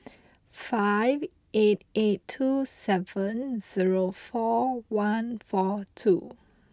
five eight eight two seven zero four one four two